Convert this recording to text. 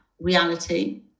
reality